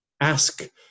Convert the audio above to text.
ask